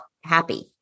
happy